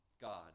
God